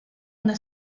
una